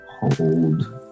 Hold